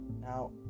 Now